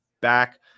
back